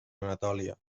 anatòlia